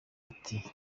ati